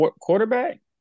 quarterback